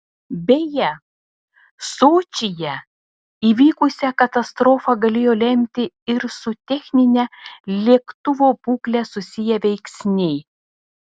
beje sočyje įvykusią katastrofą galėjo lemti ir su technine lėktuvo būkle susiję veiksniai